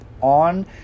on